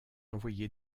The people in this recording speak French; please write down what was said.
envoyé